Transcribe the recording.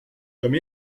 comme